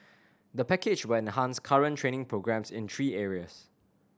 the package will enhance current training programmes in three areas